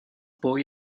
poi